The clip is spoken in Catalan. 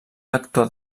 lector